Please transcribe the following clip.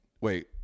wait